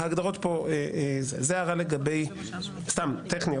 ההגדרות פה, זו ההערה לגבי, סתם טכני.